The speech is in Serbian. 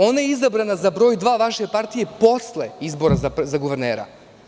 Ona je izabrana za broj dva vaše partije posle izbora za guvernera.